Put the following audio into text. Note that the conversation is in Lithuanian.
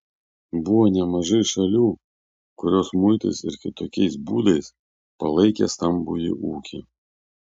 buvo nemažai šalių kurios muitais ir kitokiais būdais palaikė stambųjį ūkį